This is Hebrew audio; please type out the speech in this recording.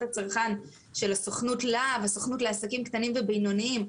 הצרכן של הסוכנות להב וסוכנות לעסקים קטנים ובינוניים,